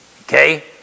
Okay